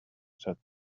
said